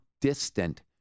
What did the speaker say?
distant